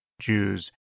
Jews